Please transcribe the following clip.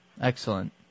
Excellent